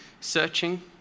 searching